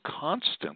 constant